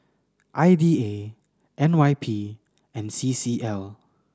I D A N Y P and C C L